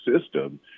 system